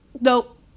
Nope